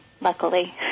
luckily